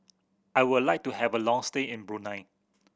I would like to have a long stay in Brunei